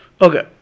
Okay